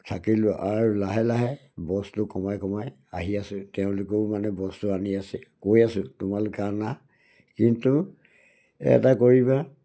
থাকিলোঁ আৰু লাহে লাহে বস্তু কমাই কমাই আহি আছো তেওঁলোকেও মানে বস্তু আনি আছে কৈ আছো তোমালোকে আনা কিন্তু এটা কৰিবা